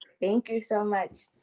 thank you so much.